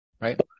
Right